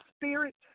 spirit